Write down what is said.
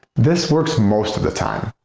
this works most of the time.